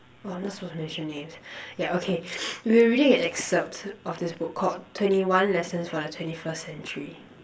oh I'm not supposed to mention names ya okay we're reading an excerpt of this book called twenty one lessons for the twenty first century